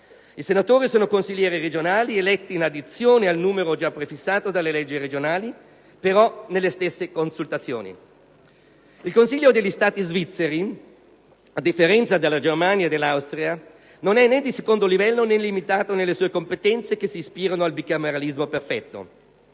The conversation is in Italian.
I senatori sono consiglieri regionali eletti in aggiunta al numero già prefissato dalle leggi regionali, però nelle stesse consultazioni. Il Consiglio degli Stati svizzeri, a differenza della Germania e dell'Austria, non è né di secondo livello, né limitato nelle sue competenze, che si ispirano al bicameralismo perfetto.